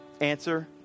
Answer